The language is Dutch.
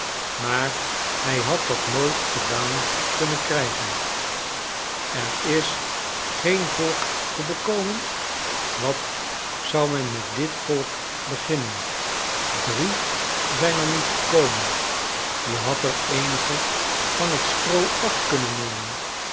maar hij had dat nooit gedaan kunnen krijgen er is geen volk te bekomen wat zou men met dit volk beginnen drie zijn er niet gekomen je hadt er eenigen van het stroo af kunnen nemen